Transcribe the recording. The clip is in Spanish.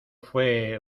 fue